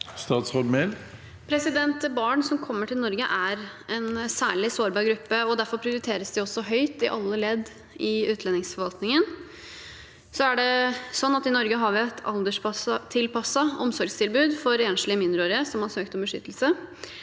Barn som kommer til Norge, er en særlig sårbar gruppe, og derfor prioriteres de også høyt i alle ledd i utlendingsforvaltningen. I Norge har vi et alderstilpasset omsorgstilbud for enslige mindreårige som har søkt om beskyttelse,